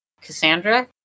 Cassandra